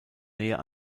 näher